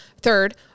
third